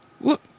Look